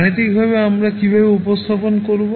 গাণিতিকভাবে আমরা কীভাবে উপস্থাপন করব